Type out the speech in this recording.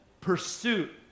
pursuit